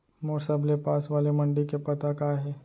मोर सबले पास वाले मण्डी के पता का हे?